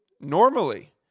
normally